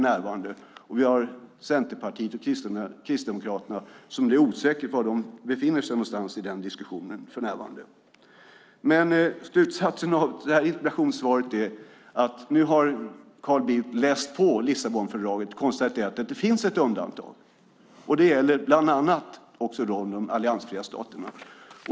Sedan har vi också Centerpartiet och Kristdemokraterna. Det är osäkert var de för närvarande befinner sig i diskussionen. Slutsatsen av det här interpellationssvaret är att Carl Bildt nu har läst på Lissabonfördraget och konstaterar att det inte finns något undantag. Det gäller bland annat också de alliansfria staterna.